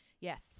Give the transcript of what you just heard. Yes